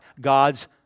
God's